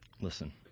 Listen